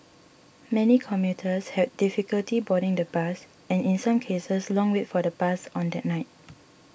many commuters had difficulty boarding the bus and in some cases long wait for the bus on that night